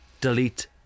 delete